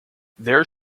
there